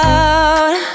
out